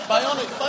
Bionic